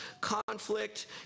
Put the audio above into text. conflict